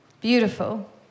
Beautiful